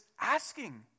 asking